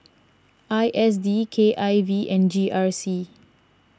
I S D K I V and G R C